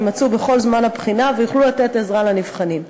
שיימצאו בכל זמן הבחינה ויוכלו לתת עזרה לנבחנים.